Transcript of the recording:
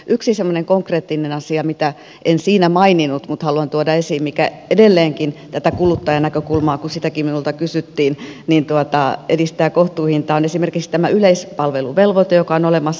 yksi semmoinen konkreettinen asia mitä en siinä maininnut mutta haluan tuoda esiin kun tätä kuluttajan näkökulmaakin minulta kysyttiin joka edelleenkin edistää kohtuuhintaa on esimerkiksi tämä yleispalveluvelvoite joka on olemassa